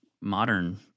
modern